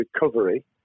recovery